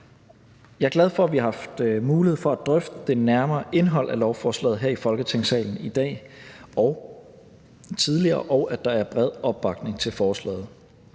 Jeg er glad for, at vi har haft mulighed for at drøfte det nærmere indhold af lovforslaget her i Folketingssalen i dag og tidligere, og at der er bred opbakning til forslaget.